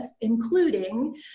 including